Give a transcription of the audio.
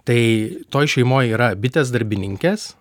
tai toj šeimoj yra bitės darbininkės